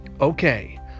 Okay